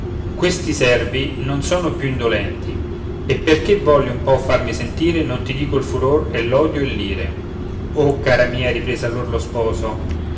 questi servi non sono più indolenti e perché volli un po farmi sentire non ti dico il furore e l'odio e l'ire o cara mia riprese allor lo sposo